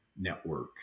network